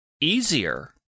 easier